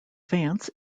vance